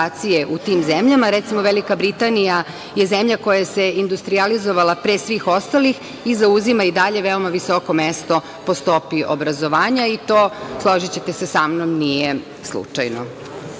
u tim zemljama. Recimo, Velika Britanija je zemlja koja se industrijalizovala pre svih ostalih i zauzima i dalje veoma visoko mesto po stopi obrazovanja i to, složićete se sa mnom, nije